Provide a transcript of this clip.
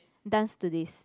Dance to This